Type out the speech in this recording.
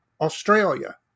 Australia